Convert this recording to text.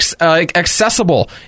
accessible